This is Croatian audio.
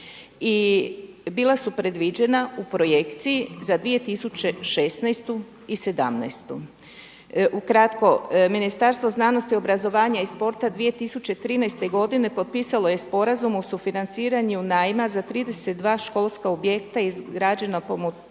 i bila su predviđena u projekciji za 2016. i 2017. Ukratko, Ministarstvo znanosti, obrazovanja i sporta 2013. godine potpisalo je sporazum o sufinanciranju najma za 32 školska objekta izgrađena po